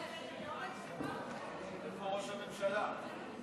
איפה ראש הממשלה?